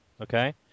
okay